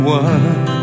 one